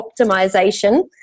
optimization